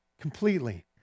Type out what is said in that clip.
completely